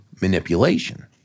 manipulation